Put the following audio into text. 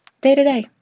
day-to-day